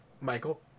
Michael